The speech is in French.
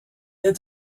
est